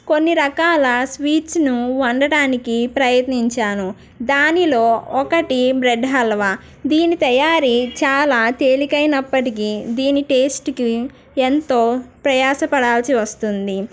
కొన్ని రకాల స్వీట్స్ను వండటానికి ప్రయత్నించాను దానిలో ఒకటి బ్రెడ్ హల్వా దీని తయారీ చాలా తేలిక అయినప్పటికి దీని టేస్ట్కి ఎంతో ప్రయాస పడాల్సి వస్తుంది